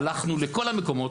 הלכנו לכל המקומות,